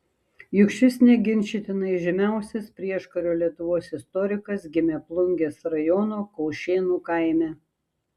juk šis neginčytinai žymiausias prieškario lietuvos istorikas gimė plungės rajono kaušėnų kaime